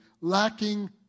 lacking